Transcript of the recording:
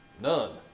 None